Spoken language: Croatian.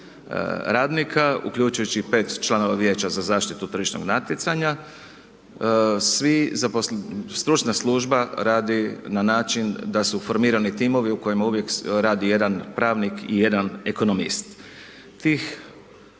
44 uključujući i 5 članova Vijeća za zaštitu tržišnog natjecanja. Svi, stručna služba radi na način da su formirani timovi u kojima uvijek radi jedan pravnik i jedan ekonomist.